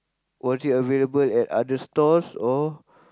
was it available at other stores or